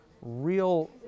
real